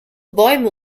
bäume